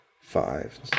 five